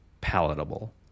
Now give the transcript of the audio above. palatable